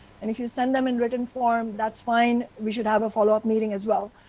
and if you send them in written form, that is fine, we should have a follow-up meeting as well.